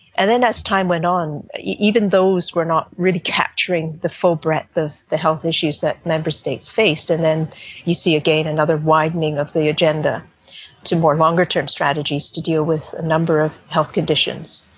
and then as time went on, even those were not really capturing the full breadth of the health issues that member states faced, and then you see again another widening of the agenda to more longer-term strategies to deal with a number of health conditions.